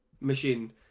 machine